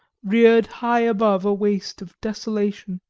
reared high above a waste of desolation.